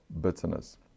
bitterness